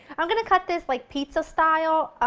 i'm going to cut this like pizza-style,